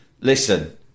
listen